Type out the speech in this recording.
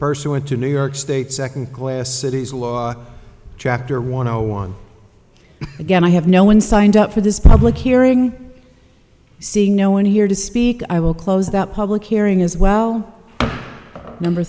first went to new york state second class cities law chapter one hundred one again i have no one signed up for this public hearing seeing no one here to speak i will close that public hearing as well number